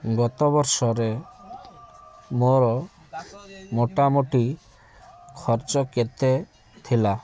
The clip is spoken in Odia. ଗତ ବର୍ଷରେ ମୋର ମୋଟାମୋଟି ଖର୍ଚ୍ଚ କେତେ ଥିଲା